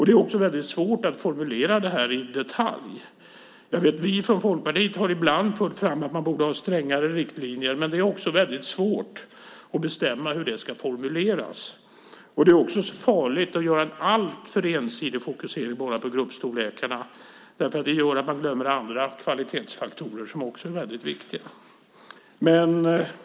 Det är svårt att formulera det här i detalj. Vi från Folkpartiet har ibland fört fram att man borde ha strängare riktlinjer, men det är svårt att bestämma hur de ska formuleras. Det är också farligt att göra en alltför ensidig fokusering bara på gruppstorlekarna. Det gör att man glömmer andra kvalitetsfaktorer som också är viktiga.